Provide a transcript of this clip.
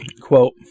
Quote